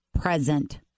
present